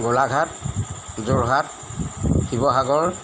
Golaghat Jorhat Sivasagar